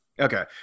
Okay